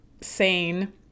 sane